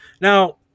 Now